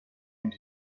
und